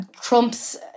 Trump's